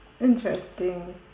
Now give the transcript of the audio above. Interesting